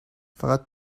فقط